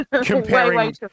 Comparing